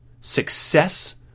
success